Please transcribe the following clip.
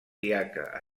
diaca